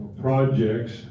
projects